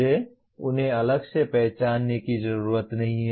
मुझे उन्हें अलग से पहचानने की जरूरत नहीं है